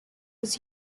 was